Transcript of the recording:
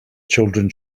children